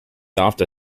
after